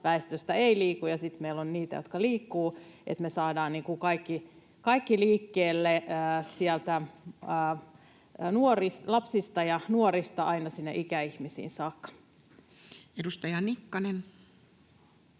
osa väestöstä ei liiku ja sitten meillä on niitä, jotka liikkuvat, että me saadaan kaikki liikkeelle sieltä lapsista ja nuorista aina sinne ikäihmisiin saakka? Edustaja Nikkanen.